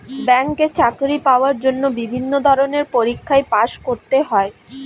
ব্যাংকে চাকরি পাওয়ার জন্য বিভিন্ন ধরনের পরীক্ষায় পাস করতে হয়